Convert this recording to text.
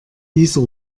dieser